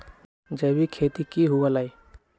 जैविक खेती की हुआ लाई?